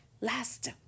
Last